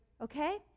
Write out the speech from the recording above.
okay